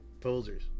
posers